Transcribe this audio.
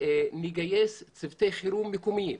נגייס צוותי חירום מקומיים,